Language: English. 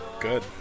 Good